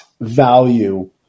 value